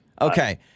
Okay